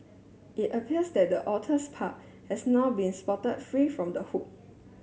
it appears that the otters pup has now been spotted free from the hook